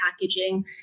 packaging